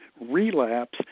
relapse